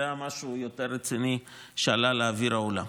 זה היה משהו יותר רציני שעלה לאוויר העולם.